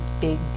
big